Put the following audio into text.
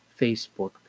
Facebook